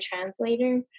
translator